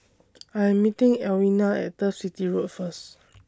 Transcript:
I Am meeting Alwina At Turf City Road First